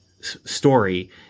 story